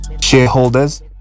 shareholders